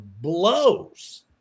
blows